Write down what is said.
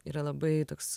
yra labai toks